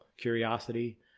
curiosity